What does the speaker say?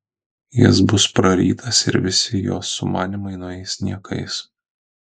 jis bus prarytas ir visi jos sumanymai nueis niekais